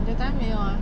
that time 没有啊